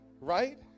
right